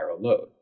load